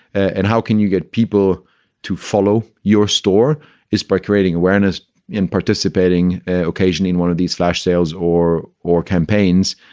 and how can you get people to follow your store is by creating awareness in participating occasion in one of these flash sales or or campaigns.